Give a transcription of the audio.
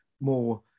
more